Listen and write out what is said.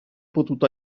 potuto